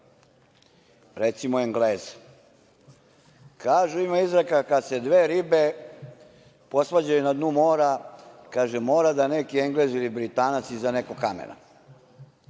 Recimo, Engleza. Kažu, ima izreka – kada se dve ribe posvađaju na dnu mora, kaže, mora da je neki Englez ili Britanac iza nekog kamena.